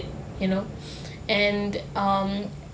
you know and um